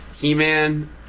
He-Man